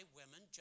women